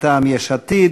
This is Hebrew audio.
מטעם יש עתיד.